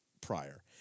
prior